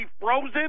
frozen